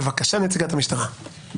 בבקשה נציגת המשטרה.